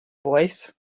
voice